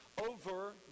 over